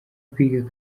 kwiga